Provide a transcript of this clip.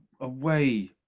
away